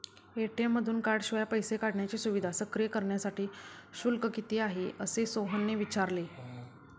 ATM मधून कार्डशिवाय पैसे काढण्याची सुविधा सक्रिय करण्यासाठी शुल्क किती आहे, असे सोहनने विचारले